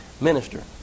minister